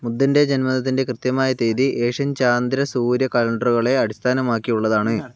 ബുദ്ധന്റെ ജന്മദിനത്തിന്റെ കൃത്യമായ തീയതി ഏഷ്യൻ ചാന്ദ്രസൂര്യ കലണ്ടറുകളെ അടിസ്ഥാനമാക്കിയുള്ളതാണ്